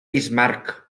bismarck